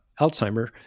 Alzheimer